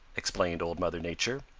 explained old mother nature,